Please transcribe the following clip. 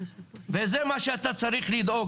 וזה מה שאתה צריך לדאוג.